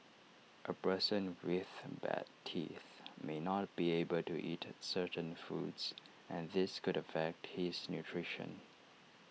A person with bad teeth may not be able to eat certain foods and this could affect his nutrition